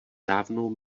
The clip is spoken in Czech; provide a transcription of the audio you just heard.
dávnou